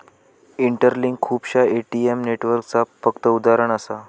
interlink खुपश्या ATM नेटवर्कचा फक्त उदाहरण असा